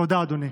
תודה, אדוני.